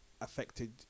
affected